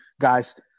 guys